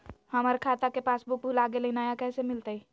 हमर खाता के पासबुक भुला गेलई, नया कैसे मिलतई?